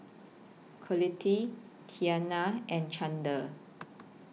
Colette Tiana and Chandler